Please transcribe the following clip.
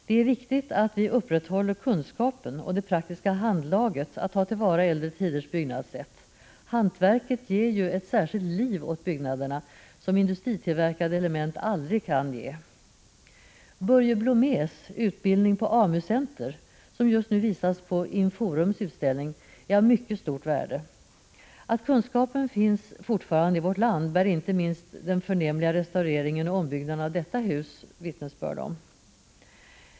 Det är viktigt att vi tar till vara kunskaperna och upprätthåller det praktiska handlaget när det gäller byggnadssätt från äldre tid. Hantverket ger ju ett särskilt liv åt byggnaderna, vilket industritillverkade element aldrig kan ge. Börje Blomés Utbildning på AMU-center, som just nu presenteras på Inforums utställning, är av mycket stort värde. Att kunskaperna fortfarande finns i vårt land bär inte minst den förnämliga restaureringen och ombyggnaden av detta hus vittnesbörd om.